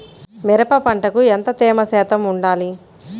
మిరప పంటకు ఎంత తేమ శాతం వుండాలి?